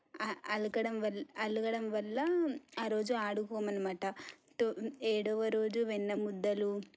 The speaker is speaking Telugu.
అలకడం వల్ల అలగడం వల్ల ఆ రోజు ఆడుకోము అనమాట ఏడవ రోజు వెన్న ముద్దలు